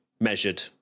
measured